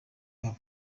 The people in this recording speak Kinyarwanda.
babo